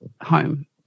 home